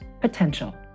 potential